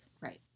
Right